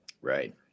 Right